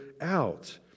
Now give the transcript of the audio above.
out